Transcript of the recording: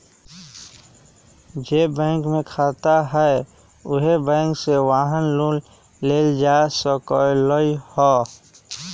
जे बैंक में खाता हए उहे बैंक से वाहन लोन लेल जा सकलई ह